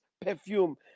perfume